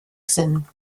sinn